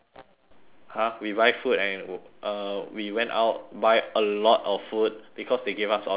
!huh! we buy food and uh we went out buy a lot of food because they gave us a lot of money